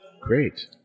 Great